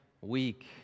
week